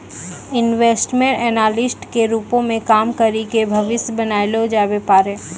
investment analyst के रूपो मे काम करि के भविष्य बनैलो जाबै पाड़ै